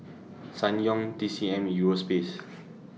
Ssangyong T C M Euro Space